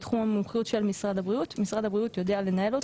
הוא בתחום המומחיות של משרד הבריאות ומשרד הבריאות יודע לנהל אותו.